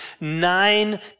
Nine